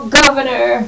governor